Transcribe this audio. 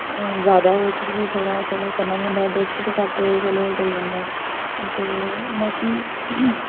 जादा होऐ ते फिर थोह्ड़ा चलो करना पौंदा एडजस्ट घट्ट होऐ ते चलो पेई जंदा ऐ ते बाकी